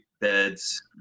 beds